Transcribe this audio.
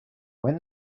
when